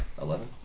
Eleven